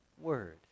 word